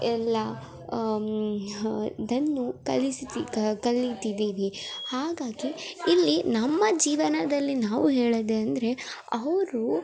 ಎಲ್ಲ ದನ್ನು ಕಲಿಸ್ತಿ ಕಲಿತಿದ್ದೀವಿ ಹಾಗಾಗಿ ಇಲ್ಲಿ ನಮ್ಮ ಜೀವನದಲ್ಲಿ ನಾವು ಹೇಳುವುದೆಂದ್ರೆ ಅವರು